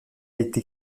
été